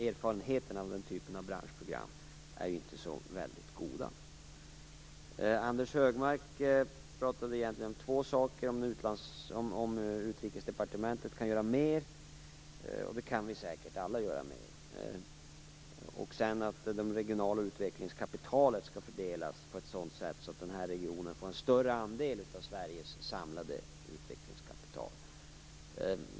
Erfarenheterna av den typen av branschprogram är inte särskilt goda. Anders G Högmark talade egentligen om två saker. Dels handlade det om Utrikesdepartementet kan göra mera - alla kan säkert göra mera. Dels handlade det om att det regionala utvecklingskapitalet skall fördelas på ett sådant sätt att regionen i fråga får en större andel av Sveriges samlade utvecklingskapital.